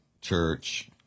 church